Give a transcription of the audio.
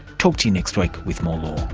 talk to you next week with more law